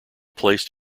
placed